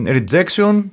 Rejection